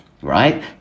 right